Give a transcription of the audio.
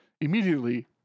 immediately